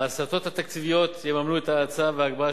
ההסטות התקציביות יממנו את ההאצה וההגברה